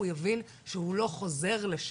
הוא יבין שהוא לא חוזר לשם.